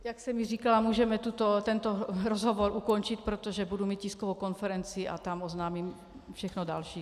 Jak jsem již říkala, můžeme tento rozhovor ukončit, protože budu mít tiskovou konferenci a tam oznámím všechno další.